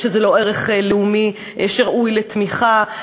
ושזה לא ערך לאומי שראוי לתמיכה.